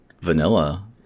Vanilla